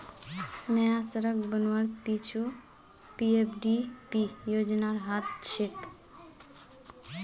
नया सड़क बनवार पीछू पीएफडीपी योजनार हाथ छेक